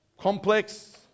complex